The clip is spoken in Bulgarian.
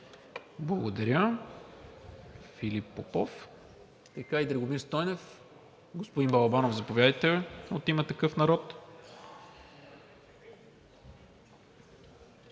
Благодаря. Филип Попов и Драгомир Стойнев. Господин Балабанов, заповядайте от „Има такъв народ“.